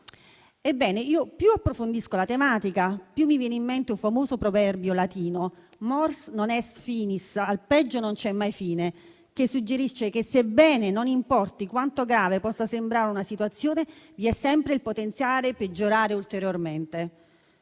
Ebbene, più approfondisco la tematica, più mi viene in mente un famoso proverbio latino: *mors non est finis*, al peggio non c'è mai fine, che suggerisce che, sebbene non importi quanto grave possa sembrare una situazione, vi è sempre il potenziale per peggiorare ulteriormente.